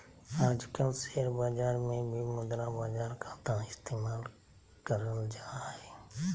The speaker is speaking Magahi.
आजकल शेयर बाजार मे भी मुद्रा बाजार खाता इस्तेमाल करल जा हय